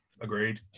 agreed